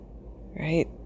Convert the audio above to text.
right